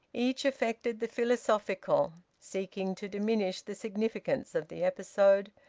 each affected the philosophical, seeking to diminish the significance of the episode.